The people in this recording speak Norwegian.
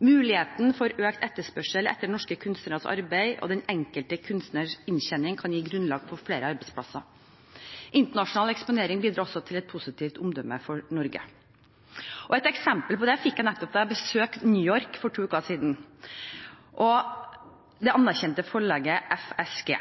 Muligheten for økt etterspørsel etter norske kunstneres arbeid og den enkelte kunstners inntjening kan gi grunnlag for flere arbeidsplasser. Internasjonal eksponering bidrar også til et positivt omdømme for Norge. Et eksempel på det fikk jeg nettopp da jeg for to uker siden besøkte New York og det anerkjente forlaget FSG.